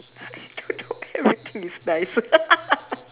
I don't think everything is nice